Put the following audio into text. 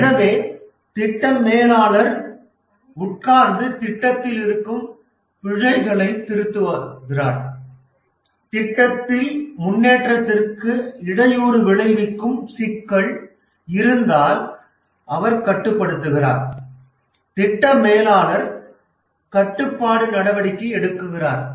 எனவே திட்ட மேலாளர் உட்கார்ந்து திட்டத்தில் இருக்கும் பிழைகளை திருத்துகிறார் திட்டத்தில் முன்னேற்றத்திற்கு இடையூறு விளைவிக்கும் சிக்கல் இருந்தால் அவர் கட்டுப்படுத்துகிறார் திட்ட மேலாளர் கட்டுப்பாட்டு நடவடிக்கை எடுக்கிறார்